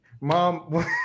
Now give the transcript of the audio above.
mom